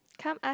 come ask